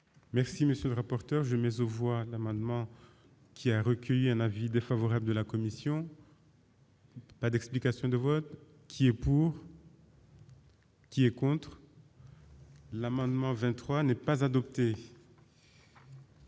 Merci, monsieur le rapporteur, mais aux voix l'amendement qui a recueilli un avis défavorable de la commission. Pas d'explication de vote qui est pour. L'amendement 23 n'est pas adopté.